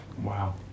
wow